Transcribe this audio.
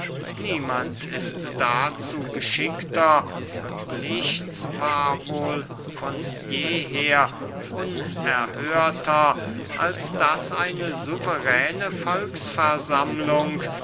niemand ist dazu geschickter und nichts war wohl von jeher unerhörter als daß eine suveräne volksversammlung